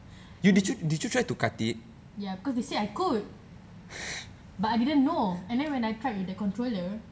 ya because they say I could but I didn't know and then when I tried with the controller